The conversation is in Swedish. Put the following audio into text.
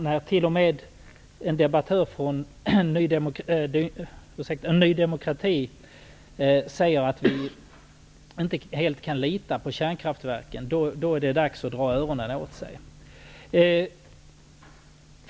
När t.o.m. en debattör från Ny demokrati säger att vi inte helt kan lita på kärnkraftverken är det dags att dra öronen åt sig.